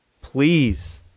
please